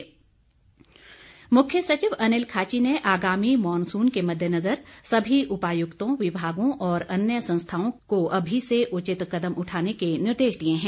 मुख्य सचिव मुख्य सचिव अनिल खाची ने आगामी मॉनसून के मद्देनजर सभी उपायुक्तों विभागों और अन्य संस्थाओं को अमी से उचित कदम उठाने के निर्देश दिए हैं